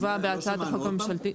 מותר לו נכון?